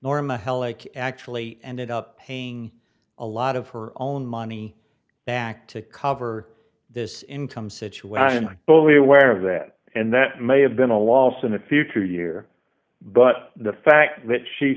norma heloc actually ended up paying a lot of her own money back to cover this income situation and i both aware of that and that may have been a loss in the future year but the fact that she